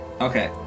Okay